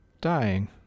dying